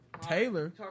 Taylor